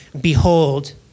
behold